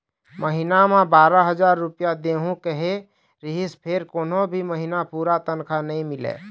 महिना म बारा हजार रूपिया देहूं केहे रिहिस फेर कोनो भी महिना पूरा तनखा नइ मिलय